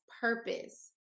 purpose